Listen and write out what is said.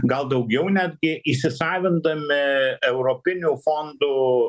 gal daugiau netgi įsisavindami europinių fondų